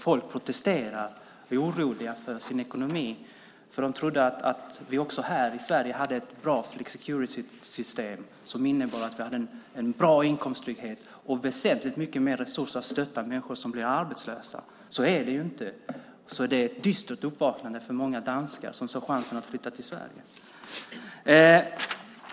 Folk protesterar därför. De är oroliga för sin ekonomi. De trodde nämligen att vi även i Sverige hade ett bra flexicuritysystem som innebar en bra inkomsttrygghet och väsentligt mycket mer resurser för att stötta människor som blir arbetslösa. Så är det inte. Det är alltså ett dystert uppvaknande för många danskar som tog chansen att flytta till Sverige.